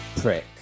prick